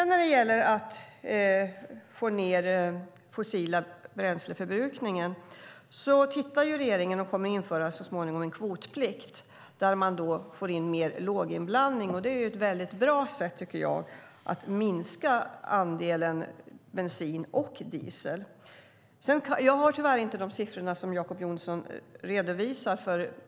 När det gäller att få ned den fossila bränsleförbrukningen tittar regeringen på och kommer så småningom att införa en kvotplikt där man får in mer låginblandning. Det är ett väldigt bra sätt, tycker jag, att minska andelen bensin och diesel. Jag har tyvärr inte de siffror som Jacob Johnson redovisar.